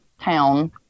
town